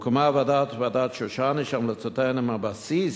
הוקמה ועדה, ועדת-שושני, שהמלצותיה הן הבסיס